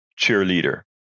cheerleader